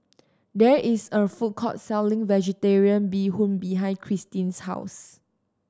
there is a food court selling Vegetarian Bee Hoon behind Christin's house